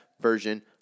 version